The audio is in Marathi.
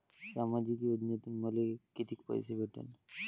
सामाजिक योजनेतून मले कितीक पैसे भेटन?